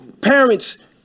parents